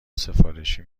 سفارشی